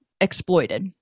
exploited